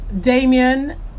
Damien